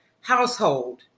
household